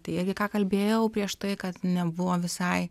tai irgi ką kalbėjau prieš tai kas nebuvo visai